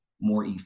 more